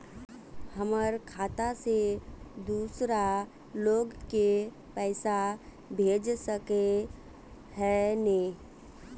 हमर खाता से दूसरा लोग के पैसा भेज सके है ने?